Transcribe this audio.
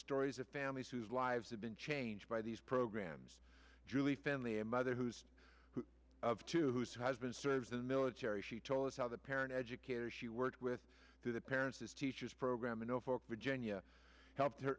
stories of families whose lives have been changed by these programs julie family a mother who's who of two whose husband serves in the military she told us how the parent educator she worked with the parents as teachers program in zero four were genya help